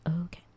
Okay